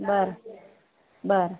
बरं बरं